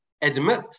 admit